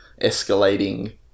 escalating